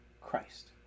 Christ